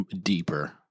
deeper